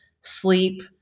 sleep